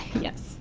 Yes